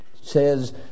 says